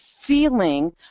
feeling